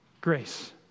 grace